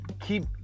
keep